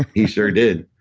he sure did.